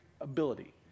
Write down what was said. ability